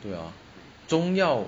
对 lor 中药